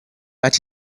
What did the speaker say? but